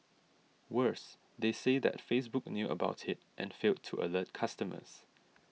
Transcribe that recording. worse they say that Facebook knew about it and failed to alert customers